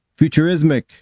futurismic